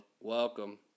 Welcome